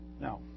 Now